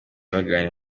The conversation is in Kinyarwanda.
baganira